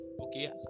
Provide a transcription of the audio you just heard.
okay